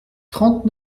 trente